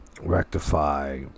rectify